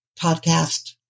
podcast